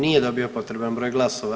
Nije dobio potreban broj glasova.